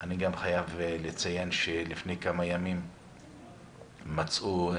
אני גם חייב לציין שלפני כמה ימים מצאו את